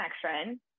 connection